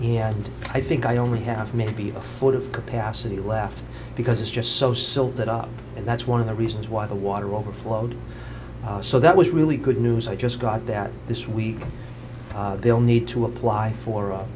and i think i only have maybe a foot of pasadena left because it's just so so that up and that's one of the reasons why the water overflowed so that was really good news i just got that this week they'll need to apply for